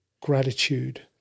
gratitude